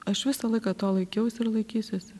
aš visą laiką to laikiausi ir laikysiuosi